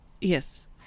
Yes